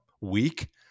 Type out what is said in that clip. week